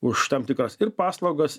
už tam tikras ir paslaugas